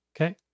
Okay